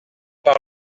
par